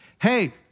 hey